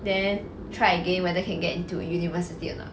then try again whether can get into a university or not